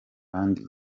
kandi